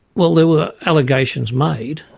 well there were allegations made.